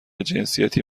جنسیتی